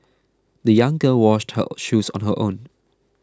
the young girl washed her shoes on her own